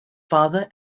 father